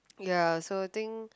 ya so I think